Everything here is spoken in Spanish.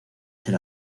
ser